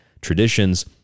traditions